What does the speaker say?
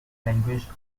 language